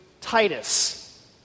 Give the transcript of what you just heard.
Titus